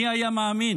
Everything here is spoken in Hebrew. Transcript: מי היה מאמין.